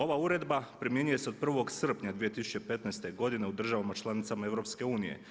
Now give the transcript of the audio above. Ova uredba primjenjuje se od 1. srpnja 2015. godine u državama članicama EU.